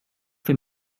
för